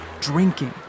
drinking